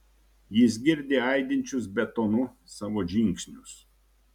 jis girdi aidinčius betonu savo žingsnius